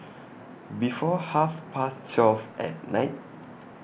before Half Past twelve At Night